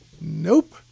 Nope